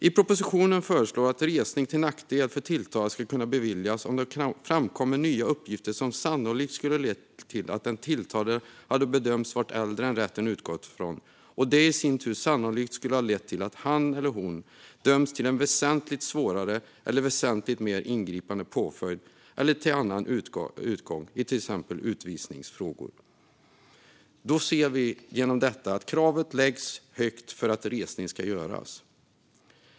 I propositionen föreslås att resning till nackdel för tilltalad ska kunna beviljas om det framkommer nya uppgifter som sannolikt skulle ha lett till att den tilltalade hade bedömts vara äldre än rätten utgått från och om det i sin tur sannolikt skulle ha lett till att han eller hon hade dömts till en väsentligt svårare eller väsentligt mer ingripande påföljd eller till en annan utgång i till exempel utvisningsfrågor. Vi ser här att kravet ställs högt för att resning ska kunna göras.